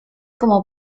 como